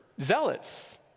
zealots